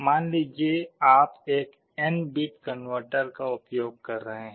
मान लीजिए आप एक n बिट कनवर्टर का उपयोग कर रहे हैं